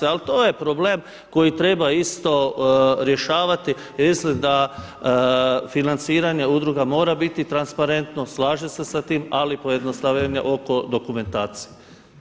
Ali to je problem koji isto rješavati, jer mislim da financiranje udruga mora biti transparentno, slažem se sa tim ali pojednostavljenje oko dokumentacije.